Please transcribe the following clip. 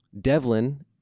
Devlin